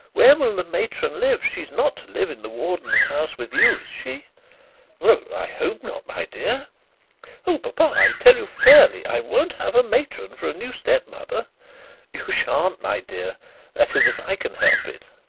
where will the matron live? she is not to live in the warden's house with you, is she well, i hope not, my dear oh, papa, i tell you fairly. i won't have a matron for a new step-mother you shan't, my dear that is if i can help it.